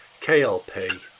KLP